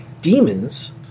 demons